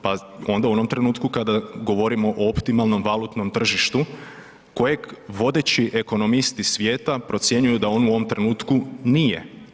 Pa onda u onom trenutku kada govorimo o optimalnom valutnom tržištu kojeg vodeći ekonomisti svijeta procjenjuju da on u ovom trenutku nije.